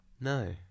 No